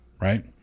right